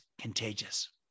contagious